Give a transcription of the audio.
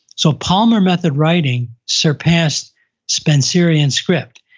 so palmer method writing surpassed spencerian script.